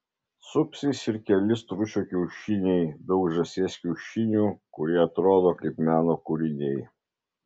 supsis ir keli stručio kiaušiniai daug žąsies kiaušinių kurie atrodo kaip meno kūriniai